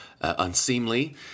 unseemly